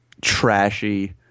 trashy